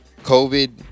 COVID